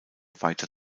weiter